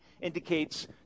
indicates